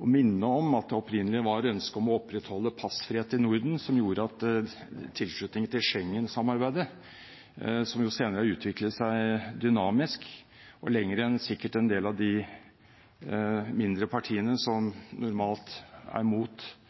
å minne om at det opprinnelig var ønsket om å opprettholde passfrihet i Norden som gjorde at vi fikk tilslutningen til Schengen-samarbeidet, som jo senere har utviklet seg dynamisk – og lenger enn sikkert en del av de mindre partiene som normalt er